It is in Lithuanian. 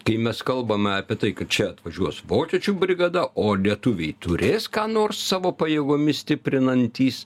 kai mes kalbame apie tai kad čia atvažiuos vokiečių brigada o lietuviai turės ką nors savo pajėgomis stiprinantys